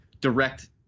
direct